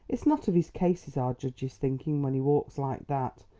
it's not of his cases our judge is thinking when he walks like that.